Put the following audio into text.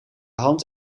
hand